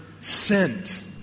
sent